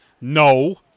No